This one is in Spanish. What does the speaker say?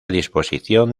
disposición